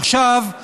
עכשיו,